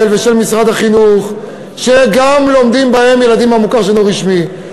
ושל משרד החינוך שגם לומדים בהם ילדים מהמוכר שאינו רשמי.